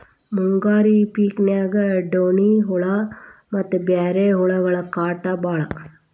ಮುಂಗಾರಿ ಪಿಕಿನ್ಯಾಗ ಡೋಣ್ಣಿ ಹುಳಾ ಮತ್ತ ಬ್ಯಾರೆ ಹುಳಗಳ ಕಾಟ ಬಾಳ